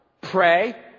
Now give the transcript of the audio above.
Pray